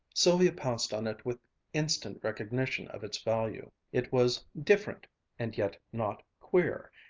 sylvia pounced on it with instant recognition of its value. it was different and yet not queer,